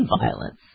violence